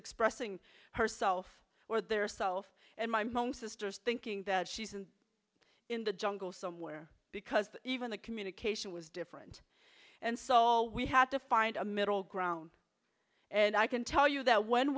expressing herself or their self and my mom sisters thinking that she's in in the jungle somewhere because even the communication was different and so we had to find a middle ground and i can tell you that when